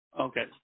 Okay